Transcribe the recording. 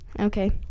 Okay